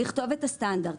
לכתוב את הסטנדרט.